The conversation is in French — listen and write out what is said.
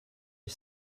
est